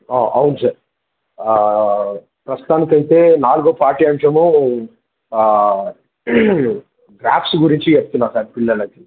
అవును సార్ ప్రస్తుతానికయితే నాలుగో పాఠ్యంశము గ్రాఫ్స్ గురించి చెప్తున్నాను సార్ పిల్లలకి